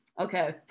Okay